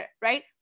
right